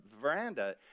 veranda